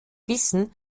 wissen